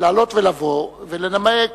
לעלות ולבוא ולנמק,